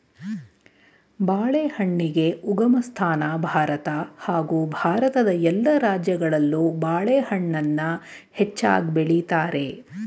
ಬಾಳೆಹಣ್ಣಿಗೆ ಉಗಮಸ್ಥಾನ ಭಾರತ ಹಾಗೂ ಭಾರತದ ಎಲ್ಲ ರಾಜ್ಯಗಳಲ್ಲೂ ಬಾಳೆಹಣ್ಣನ್ನ ಹೆಚ್ಚಾಗ್ ಬೆಳಿತಾರೆ